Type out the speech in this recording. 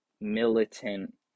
militant